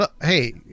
Hey